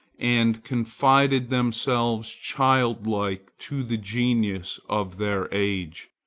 and confided themselves childlike to the genius of their age,